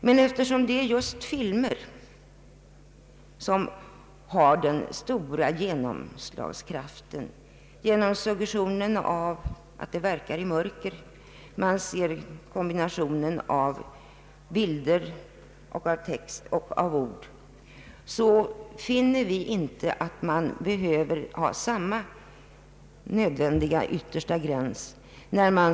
Vad som visas på film har mycket stor genomslagskraft genom den suggestion som uppstår genom att film visas i mörker och man har en kombination av bild och ljud.